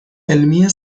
علمی